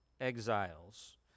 exiles